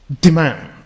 demand